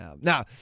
now